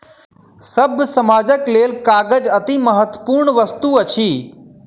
सभ्य समाजक लेल कागज अतिमहत्वपूर्ण वस्तु अछि